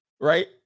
Right